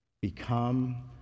Become